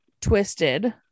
twisted